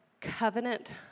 covenant